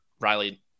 Riley